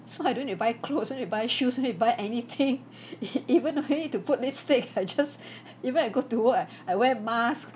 so I don't need to buy clothes no need to buy shoes no need to buy anything e~ even no need to put lipstick I just even I go to work I I wear mask